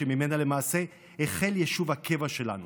וממנה למעשה החל יישוב הקבע שלנו.